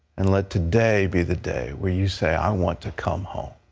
and let today be the day where you say, i want to come home.